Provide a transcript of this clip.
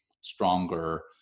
stronger